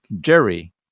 Jerry